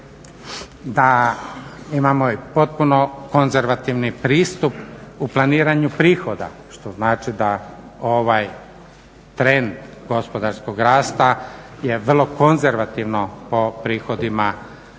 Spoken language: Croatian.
da imamo i potpuno konzervativni pristup u planiranju prihoda, što znači da ovaj trend gospodarskog rasta je vrlo konzervativno o prihodima